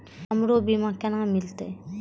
हमरो बीमा केना मिलते?